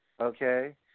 Okay